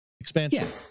Expansion